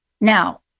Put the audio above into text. Now